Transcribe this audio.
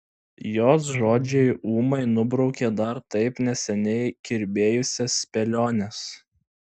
jos žodžiai ūmai nubraukia dar taip neseniai kirbėjusias spėliones